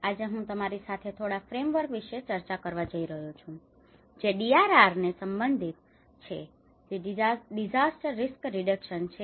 આજે હું તમારી સાથે થોડા ફ્રેમવર્કframeworksમાળખા વિશે ચર્ચા કરવા જઇ રહ્યો છું જે DRRને સંબંધિત છે જે ડીઝાસ્ટર રિસ્ક રિડકશન છે